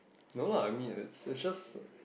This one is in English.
no lah I mean it's it's just